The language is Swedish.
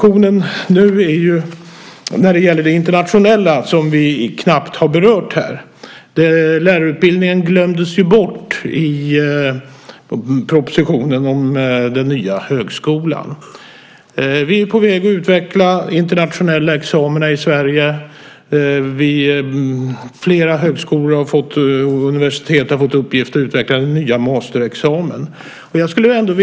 Det internationella har vi knappt berört i dag; lärarutbildningen glömdes ju bort i propositionen om den nya högskolan. Vi är på väg att utveckla internationella examina i Sverige. Flera högskolor och universitet har fått i uppgift att utveckla den nya masterexamen.